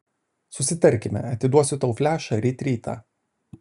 susitarkime atiduosiu tau flešą ryt rytą